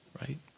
right